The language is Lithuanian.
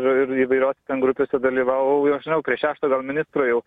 ir įvairiose ten grupėse dalyvavau jau nežinau prie šešto ministro gal jau